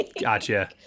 gotcha